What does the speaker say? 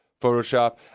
Photoshop